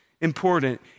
Important